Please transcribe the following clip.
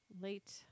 late